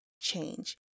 change